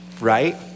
right